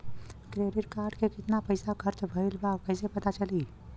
Credit card के कितना पइसा खर्चा भईल बा कैसे पता चली?